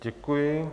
Děkuji.